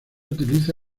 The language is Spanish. utiliza